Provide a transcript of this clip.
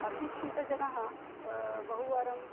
अशिक्षितजनः बहुवारम्